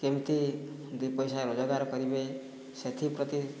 କେମିତି ଦୁଇ ପଇସା ରୋଜଗାର କରିବେ ସେଥିପ୍ରତି